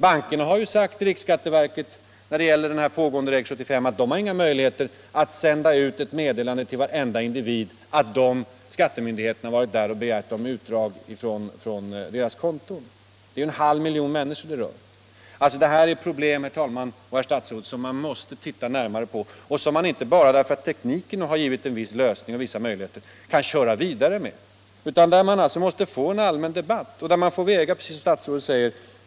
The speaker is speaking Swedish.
Bankerna har sagt till riksskatteverket när det gäller den pågående Reg-75 att de inte har några möjligheter att sända ut ett meddelande till alla kunder att skattemyndigheterna har begärt utdrag från deras konton. Det rör sig om minst en halv miljon människor. Det här är, herr statsråd, problem som vi måste titta närmare på. Vi kan inte köra vidare med detta bara därför att tekniken givit lösningar och vissa möjligheter till sådana här kontroller, utan vi måste få en allmän debatt där man får väga